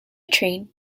train